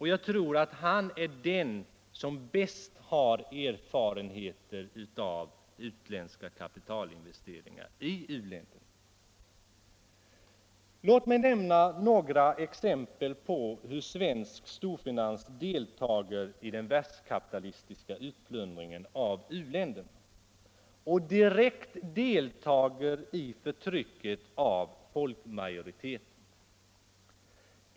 Han är troligtvis den som har de största erfarenheterna av utländska kapitalinvesteringar i u-länderna. Låt mig nämna några exempel på hur svensk storfinans deltar i den världskapitalistiska utplundringen av u-länderna och direkt medverkar till förtrycket av folkmajoriteten.